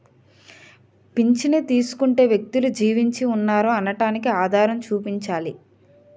పింఛను తీసుకునే వ్యక్తులు జీవించి ఉన్నారు అనడానికి ఆధారం చూపించాలి